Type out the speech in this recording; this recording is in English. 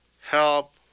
help